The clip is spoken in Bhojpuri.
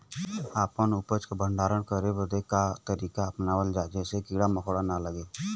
अपना उपज क भंडारन करे बदे का तरीका अपनावल जा जेसे कीड़ा मकोड़ा न लगें?